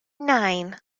nine